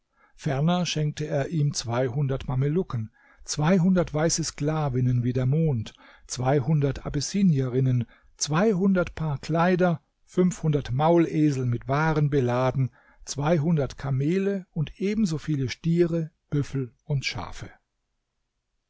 ferner schenkte er ihm zweihundert mamelucken zweihundert weiße sklavinnen wie der mond zweihundert abessinierinnen zweihundert paar kleider fünfhundert maulesel mit waren beladen zweihundert kamele und ebenso viele stiere büffel und schafe